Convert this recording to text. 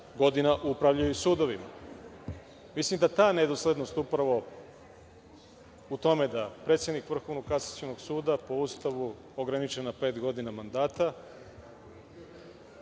godina upravljaju sudovima. Mislim da ta nedoslednost, upravo u tome da predsednik Vrhovnog kasacionog suda po Ustavu ograničen na pet godina mandata,